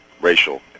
racial